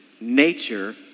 nature